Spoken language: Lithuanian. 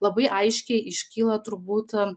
labai aiškiai iškyla turbūt